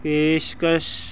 ਪੇਸ਼ਕਸ਼